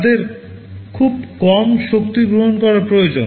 তাদের খুব কম শক্তি গ্রহণ করা প্রয়োজন